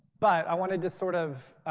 but i wanted to sort of